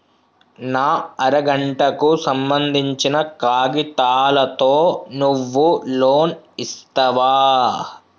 నా అర గంటకు సంబందించిన కాగితాలతో నువ్వు లోన్ ఇస్తవా?